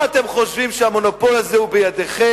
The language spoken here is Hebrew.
מה אתם חושבים, שהמונופול הזה הוא בידיכם?